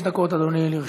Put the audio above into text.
חמש דקות, אדוני, לרשותך.